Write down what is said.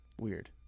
Weird